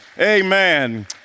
Amen